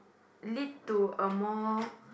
lead to a more